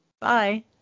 Bye